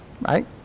right